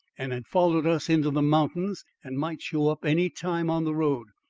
and had followed us into the mountains and might show up any time on the road.